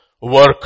work